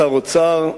שר אוצר,